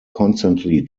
constantly